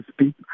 speak